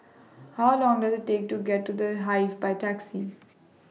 How Long Does IT Take to get to The Hive By Taxi